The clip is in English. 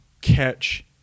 catch